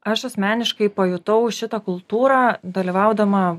aš asmeniškai pajutau šitą kultūrą dalyvaudama